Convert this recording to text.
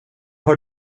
har